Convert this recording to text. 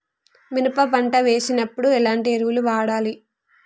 మినప పంట వేసినప్పుడు ఎలాంటి ఎరువులు వాడాలి?